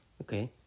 okay